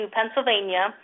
Pennsylvania